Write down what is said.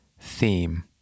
theme